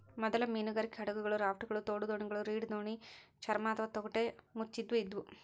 ಮೊದಲ ಮೀನುಗಾರಿಕೆ ಹಡಗುಗಳು ರಾಪ್ಟ್ಗಳು ತೋಡುದೋಣಿಗಳು ರೀಡ್ ದೋಣಿ ಚರ್ಮ ಅಥವಾ ತೊಗಟೆ ಮುಚ್ಚಿದವು ಇದ್ವು